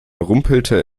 rumpelte